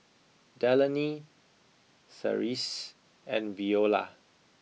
Delaney Therese and Viola